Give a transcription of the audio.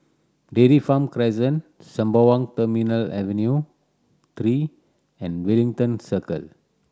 Dairy Farm Crescent Sembawang Terminal Avenue Three and Wellington Circle